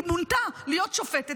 היא מונתה להיות שופטת,